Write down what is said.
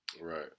Right